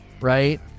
Right